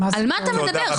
על מה אתה מדבר?